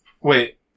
Wait